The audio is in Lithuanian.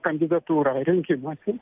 kandidatūrą rinkimuose